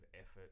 effort